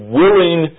willing